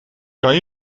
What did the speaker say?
kan